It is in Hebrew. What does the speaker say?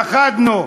פחדנו.